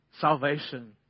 Salvation